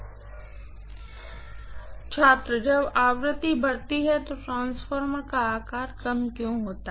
Professor student conversation starts छात्र जब आवृत्ति बढ़ती है तो ट्रांसफार्मर का आकार कम क्यों होगा